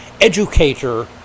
educator